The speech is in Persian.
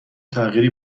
تغییری